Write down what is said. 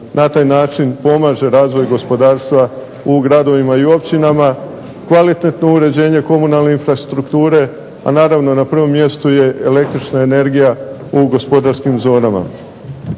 na taj način pomaže razvoj gospodarstva u gradovima i općinama, kvalitetno uređenje komunalne infrastrukture, a naravno na prvom mjestu je električna energija u gospodarskim zonama.